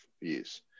years